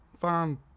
Fine